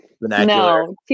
No